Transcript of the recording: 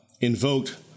invoked